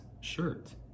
shirt